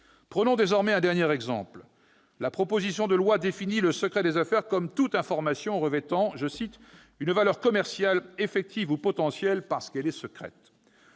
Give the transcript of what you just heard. Prenons désormais un dernier exemple. La proposition de loi définit le secret des affaires comme toute information revêtant « une valeur commerciale, effective ou potentielle, du fait de